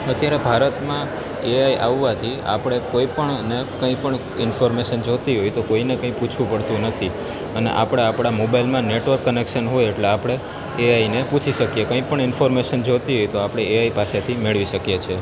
અત્યારે ભારતમાં એઆઈ આવવાથી આપણે કોઈપણને કંઇપણ ઇન્ફોર્મેશન જોતી હોય તો કોઈને કંઇ પૂછવું પડતું નથી અને આપણે આપણા મોબાઇલમાં નેટવર્ક કનેક્શન હોય એટલે આપણે એઆઈને પૂછી શકીએ કંઈપણ ઇન્ફોર્મેશન જોતી હોય તો આપણે એઆઈ પાસેથી મેળવી શકીએ છીએ